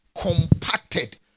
compacted